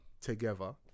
together